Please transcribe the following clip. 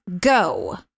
go